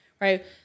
right